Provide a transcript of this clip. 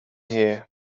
here